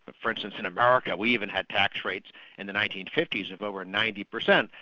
ah for instance in america we even had tax rates in the nineteen fifty s of over ninety percent,